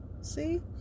See